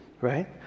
right